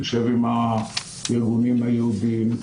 נשב עם הארגונים היהודיים,